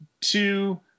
two